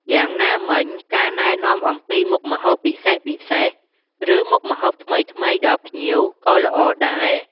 យ៉ាងណាមិញការណែនាំអំពីមុខម្ហូបពិសេសៗ ឬមុខម្ហូបថ្មីៗដល់ភ្ញៀវក៏ល្អដែរ។